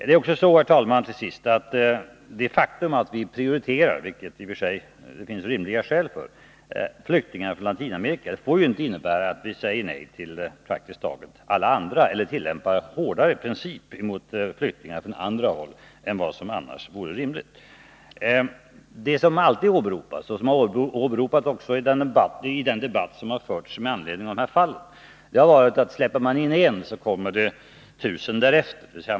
Det faktum att vi prioriterar — vilket det i och för sig finns rimliga skäl för — flyktingar från Latinamerika, får inte innebära att vi säger nej till praktiskt taget alla andra eller tillämpar hårdare principer när det gäller flyktingar från andra håll än som annars vore rimligt. Det som alltid åberopas och som åberopats också i den debatt som förts med anledning av det aktuella fallet har varit att om man släpper in en, så kommer det tusen efter.